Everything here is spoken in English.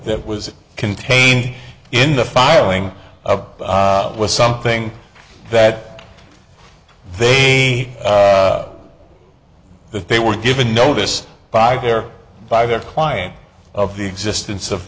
that was contained in the filing of was something that they that they were given notice by their by their client of the existence of